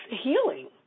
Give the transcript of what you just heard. healing